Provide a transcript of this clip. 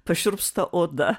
pašiurpsta oda